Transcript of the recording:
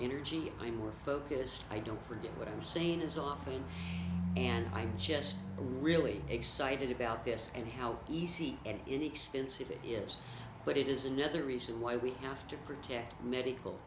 energy i'm more focused i don't forget what i'm saying is often and i'm just really excited about this and how easy and inexpensive it is but it is another reason why we have to protect medical